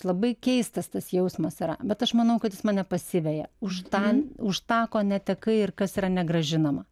labai keistas tas jausmas yra bet aš manau kad jis mane pasiveja už tą už tą ko netekai ir kas yra negrąžinama